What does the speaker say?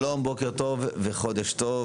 שלום, בוקר טוב וחודש טוב.